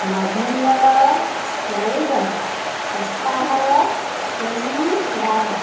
November ଚଉଦ ସପ୍ତାହର କେଉଁ ବାର